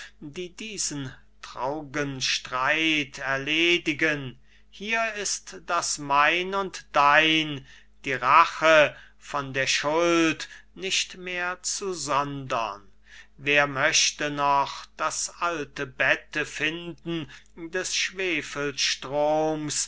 die diesen traur'gen streit erledigen hier ist das mein und dein die rache von der schuld nicht mehr zu sondern wer möchte noch das alte bette finden des